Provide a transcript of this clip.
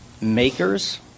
makers